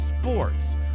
sports